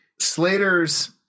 Slater's